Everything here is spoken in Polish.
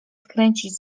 skręcić